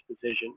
decision